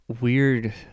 weird